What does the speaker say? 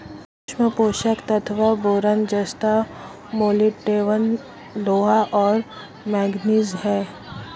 सूक्ष्म पोषक तत्व बोरान जस्ता मोलिब्डेनम लोहा और मैंगनीज हैं